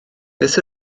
beth